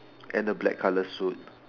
and a black colour suit